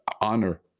honor